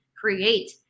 create